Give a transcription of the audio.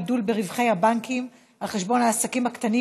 הגידול ברווחי הבנקים על חשבון העסקים הקטנים